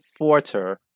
Forter